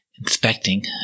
Inspecting